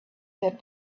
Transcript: that